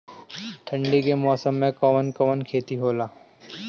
ठंडी के मौसम में कवन कवन खेती होला?